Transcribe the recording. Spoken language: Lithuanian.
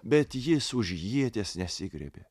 bet jis už ieties nesigriebė